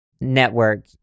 network